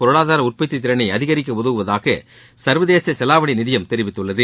பொருளாதார உற்பத்தி திறனை அதிகரிக்க உதவுவதாக சர்வதேச செலாவணி நிதியம் தெரிவித்துள்ளது